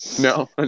No